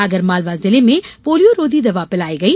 आगरमालवा जिले में पोलियोरोधी दवा पिलाई गई